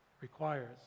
requires